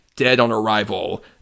dead-on-arrival